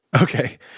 Okay